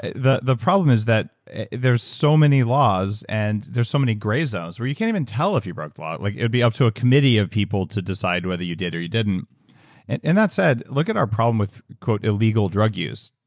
the the problem is that there are so many laws, and there is so many gray zones, where you can't even tell if you broke the law. like it would be up to a committee of people to decide whether you did or you didn't and and that said, look at our problem with, quote, illegal drug use.